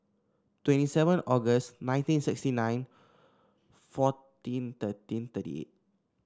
twenty seven August nineteen sixty nine fourteen thirteen thirty eight